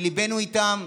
שזה שליבנו איתם,